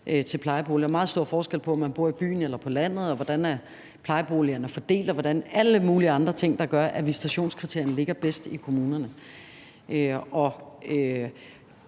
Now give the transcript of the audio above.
til plejeboliger. Der er meget stor forskel på, om man bor i byen eller på landet, og hvordan plejeboligerne er fordelt, og der er alle mulige andre ting, der gør, at visitationskriterierne ligger bedst i kommunerne. Og